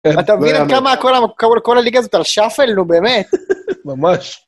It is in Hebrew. אתה מבין עד כמה כל הליגה הזאת על שאפל? נו, באמת. -ממש.